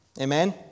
amen